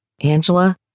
Angela